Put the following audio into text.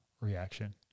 reaction